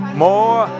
more